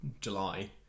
July